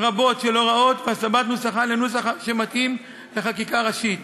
רבות של הוראות והסבת נוסחן לנוסח שמתאים לחקיקה ראשית.